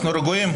אנחנו רגועים.